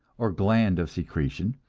or gland of secretion,